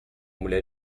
mulher